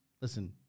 listen